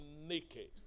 naked